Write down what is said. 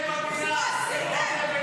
קשה לי להסתכל עליכם.